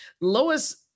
Lois